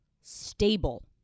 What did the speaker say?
stable